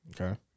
Okay